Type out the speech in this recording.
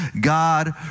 God